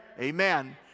Amen